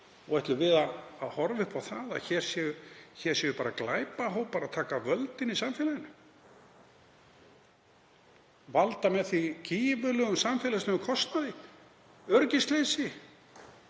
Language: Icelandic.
Ætlum við að horfa upp á það að hér séu glæpahópar að taka völdin í samfélaginu og valda með því gífurlegum samfélagslegum kostnaði, öryggisleysi